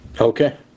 Okay